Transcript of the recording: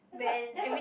that's what that's what